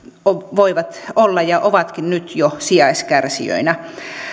voivat olla ja ovatkin jo nyt sijaiskärsijöinä